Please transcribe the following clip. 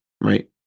right